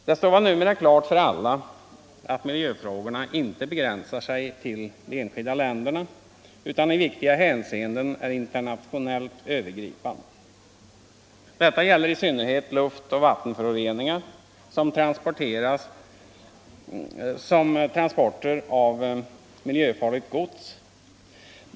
Det står väl numera klart för alla att miljöfrågorna inte begränsar sig till de enskilda länderna utan i viktiga hänseenden är internationellt övergripande. Detta gäller i synnerhet luftoch vattenföroreningar samt transporter av miljöfarligt gods.